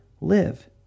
live